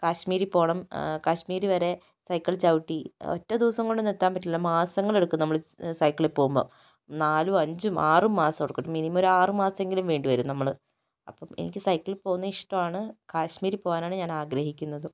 കാശ്മീരിൽ പോകണം കാശ്മീർ വരെ സൈക്കിൾ ചവുട്ടി ഒറ്റ ദിവസം കൊണ്ട് ഒന്നും എത്താൻ പറ്റില്ല മാസങ്ങൾ എടുക്കും നമ്മൾ സൈക്കിളിൽ പോകുമ്പോൾ നാലും അഞ്ചും ആറും മാസം എടുക്കും മിനിമം ഒരു ആറ് മാസം എങ്കിലും വേണ്ടി വരും നമ്മൾ അപ്പം എനിക്ക് സൈക്കിളിൽ പോകുന്നത് ഇഷ്ടം ആണ് കാശ്മീരിൽ പോകാൻ ആണ് ഞാൻ ആഗ്രഹിക്കുന്നതും